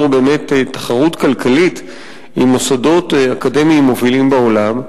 באמת תחרות כלכלית עם מוסדות אקדמיים מובילים בעולם,